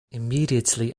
immediately